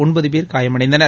ஒன்பது பேர் காயமடைந்தனர்